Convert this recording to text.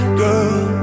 girl